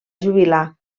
jubilar